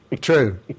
True